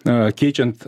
na keičiant